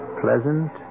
pleasant